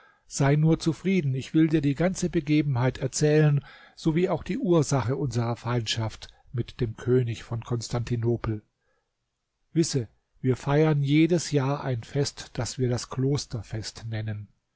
sei nur zufrieden ich will dir die ganze begebenheit erzählen sowie auch die ursache unserer feindschaft mit dem könig von konstantinopel wisse wir feiern jedes jahr ein fest das wir das klosterfest nennen